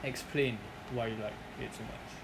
explain why you like it so much